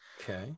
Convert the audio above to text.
Okay